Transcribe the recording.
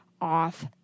off